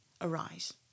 arise